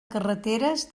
carreteres